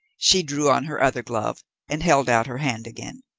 she drew on her other glove and held out her hand again.